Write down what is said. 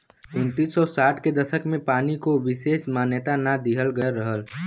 उन्नीस सौ साठ के दसक में पानी को विसेस मान्यता ना दिहल गयल रहल